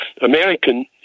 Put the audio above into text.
American